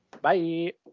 Bye